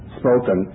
spoken